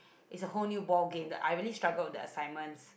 is a whole new ball game I really struggled with the assignments